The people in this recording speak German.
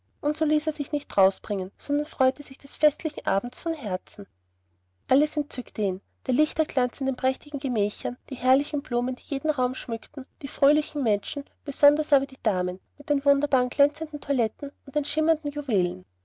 und so ließ er sich nicht drausbringen sondern freute sich des festlichen abends von herzen alles entzückte ihn der lichterglanz in den prächtigen gemächern die herrlichen blumen die jeden raum schmückten die fröhlichen menschen besonders aber die damen mit den wunderbaren glänzenden toiletten und den schimmernden juwelen